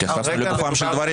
התייחסנו לגופם של דברים.